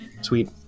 sweet